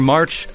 March